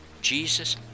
Jesus